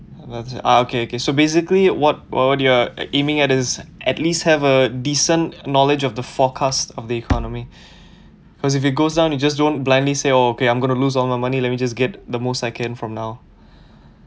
uh okay okay so basically what what do you are like aiming at is at least have a decent knowledge of the forecast of the economy cause if it goes down you just don't blindly say oh okay I'm going to lose all my money let me just get the most I can from now